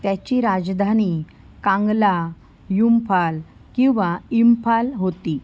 त्याची राजधानी कांगला युंफाल किंवा इंफाल होती